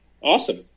awesome